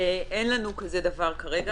אין לנו דבר כזה כרגע.